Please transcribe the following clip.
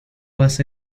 was